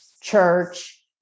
church